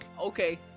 Okay